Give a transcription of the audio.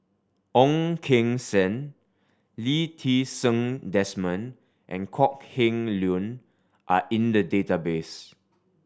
Ong Keng Sen Lee Ti Seng Desmond and Kok Heng Leun are in the database